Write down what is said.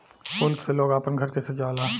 फूल से लोग आपन घर के सजावे ला